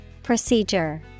Procedure